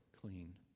clean